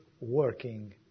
working